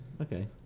Okay